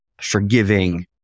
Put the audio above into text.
forgiving